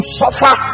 suffer